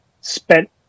spent